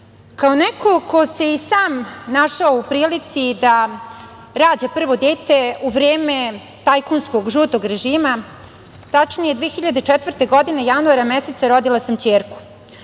neko, ko se i sam našao u prilici da rađa prvo dete u vreme tajkunskog žutog režima, tačnije 2004. godine, januara meseca rodila sam ćerku.